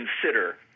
consider